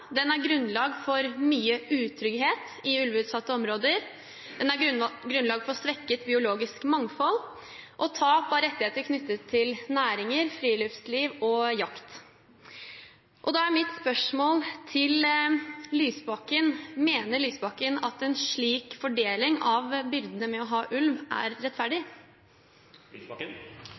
Den ulvepolitikken som føres i dag, er grunnlag for mye utrygghet i ulveutsatte områder, den er grunnlag for svekket biologisk mangfold og tap av rettigheter knyttet til næringer, friluftsliv og jakt. Og da er mitt spørsmål til Lysbakken: Mener Lysbakken at en slik fordeling av byrdene med å ha ulv er rettferdig?